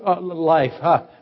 life